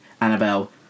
Annabelle